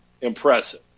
impressive